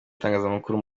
itangazamakuru